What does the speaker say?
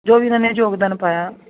ਜੋ ਵੀ ਉਹਨਾਂ ਨੇ ਯੋਗਦਾਨ ਪਾਇਆ